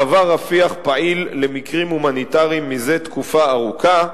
מעבר רפיח פעיל למקרים הומניטריים מזה תקופה ארוכה,